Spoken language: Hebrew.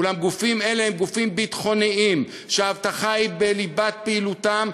אולם גופים אלה הם גופים ביטחוניים שהאבטחה היא בליבת פעילותם,